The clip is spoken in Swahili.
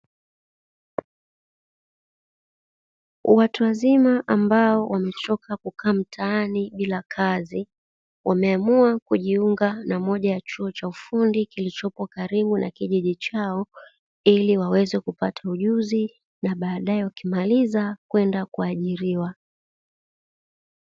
Watu wazima ambao wamechoka kukaa mtaani bila kazi, wameamua kujiunga na moja ya chuo cha ufundi kilichopo karibu na kijiji chao, ili waweze kupata ujuzi na baadae wakimaliza, kwenda kuajiriwa.